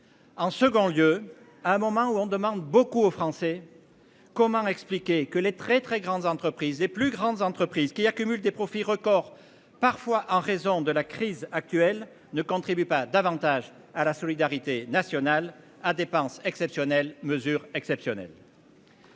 En second lieu, à un moment où on demande beaucoup aux Français. Comment expliquer que les très très grandes entreprises des plus grandes entreprises qui accumulent des profits records parfois en raison de la crise actuelle ne contribue pas davantage à la solidarité nationale. Ah dépense exceptionnelle, mesures exceptionnelles.--